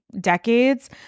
decades